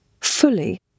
fully